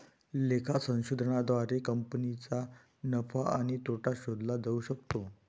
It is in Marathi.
लेखा संशोधनाद्वारे कंपनीचा नफा आणि तोटा शोधला जाऊ शकतो